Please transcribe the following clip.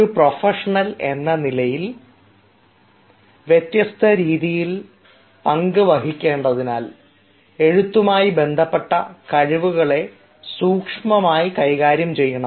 ഒരു പ്രൊഫഷണൽ എന്ന നിലയിൽ വ്യത്യസ്ത രീതികളിൽ പങ്ക് വഹിക്കേണ്ടതിനാൽ എഴുത്തുമായി ബന്ധപ്പെട്ട കഴിവുകളെ സൂക്ഷ്മമായി കൈകാര്യം ചെയ്യണം